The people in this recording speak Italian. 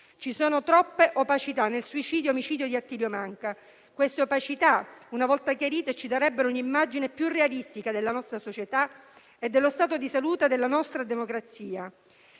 Ci sono troppe opacità nel suicidio-omicidio di Attilio Manca: una volta chiarite, ci darebbero un'immagine più realistica della nostra società e dello stato di salute della nostra democrazia.